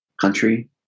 country